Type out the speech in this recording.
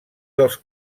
dels